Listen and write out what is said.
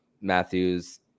Matthews